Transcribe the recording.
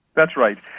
that's right,